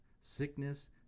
sickness